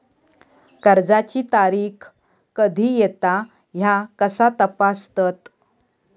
कर्जाची तारीख कधी येता ह्या कसा तपासतत?